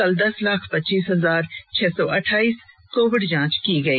कल दस लाख पच्चीस हजार छह सौ अठाईस कोविड जांच की गई